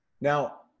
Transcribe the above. Now